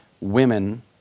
women